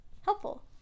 Helpful